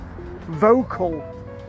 vocal